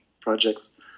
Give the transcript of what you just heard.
projects